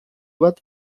bat